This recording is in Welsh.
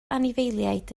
anifeiliaid